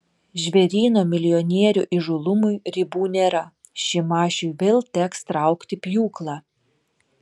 žvėryno milijonierių įžūlumui ribų nėra šimašiui vėl teks traukti pjūklą